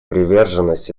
приверженность